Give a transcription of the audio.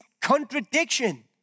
contradiction